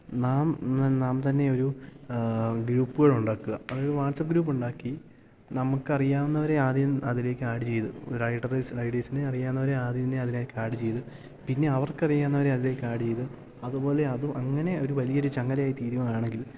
നാം നാം തന്നെ ഒരു ഗ്രൂപ്പ്കളുണ്ടാക്കുക അതായത് വാട്ട്സപ്പ് ഗ്രൂപ്പുണ്ടാക്കി നമുക്കറിയാവുന്നവരെ ആദ്യം അതിലേക്ക് ആഡ്ഡ് ചെയ്ത് റൈഡറേർസ് റൈഡീഴ്സിനേ അറിയാവുന്നവരെ ആദ്യം തന്നെ അതിലേക്ക് ആഡ്ഡ് ചെയ്ത് പിന്നെ അവർക്ക് അറിയാവുന്നവരെ അതിലേക്ക് ആഡ്ഡ് ചെയ്ത് അതുപോലെ അതും അങ്ങനെ ഒരു വലിയൊരു ചങ്ങലയായിത്തീരുകയാണെങ്കിൽ